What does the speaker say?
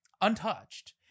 Untouched